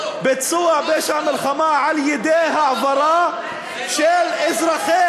ביצוע פשע מלחמה על-ידי העברה של אזרחי